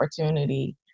opportunity